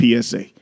PSA